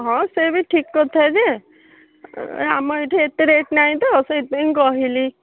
ହଁ ସେ ବି ଠିକ୍ କଥା ଯେ ଏ ଆମ ଏଠି ଏତେ ରେଟ୍ ନାହିଁ ତ ସେଇଥିପାଇଁ ମୁଁ କହିଲି